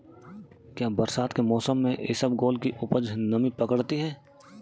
क्या बरसात के मौसम में इसबगोल की उपज नमी पकड़ती है?